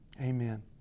Amen